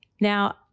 Now